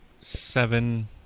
seven